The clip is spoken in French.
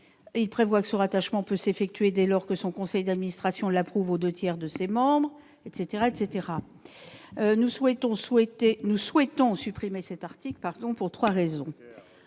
et prévoit que ce rattachement peut s'effectuer dès lors que son conseil d'administration l'approuve aux deux tiers de ses membres. Nous souhaitons supprimer cet article pour trois raisons